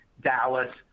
Dallas